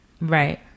right